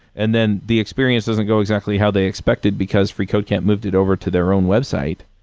and then the experience doesn't go exactly how they expected, because freecodecamp moved it over to their own website.